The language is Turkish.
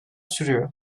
sürüyor